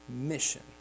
mission